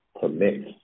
permits